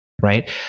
right